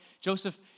Joseph